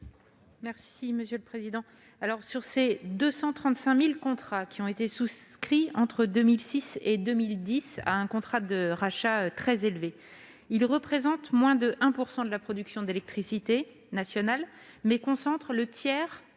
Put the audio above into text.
du Gouvernement ? Les 235 000 contrats qui ont été souscrits entre 2006 et 2010 à un prix de rachat très élevé représentent moins de 1 % de la production d'électricité nationale, mais concentrent le tiers